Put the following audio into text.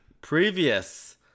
Previous